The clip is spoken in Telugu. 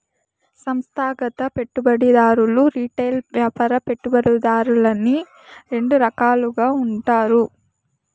సంస్థాగత పెట్టుబడిదారులు రిటైల్ వ్యాపార పెట్టుబడిదారులని రెండు రకాలుగా ఉంటారు